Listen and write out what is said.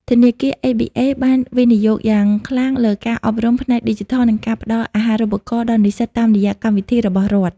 ធនាគារ ABA បានវិនិយោគយ៉ាងខ្លាំងលើការអប់រំផ្នែកឌីជីថល និងការផ្ដល់អាហារូបករណ៍ដល់និស្សិតតាមរយៈកម្មវិធីរបស់រដ្ឋ។